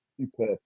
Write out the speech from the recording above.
Super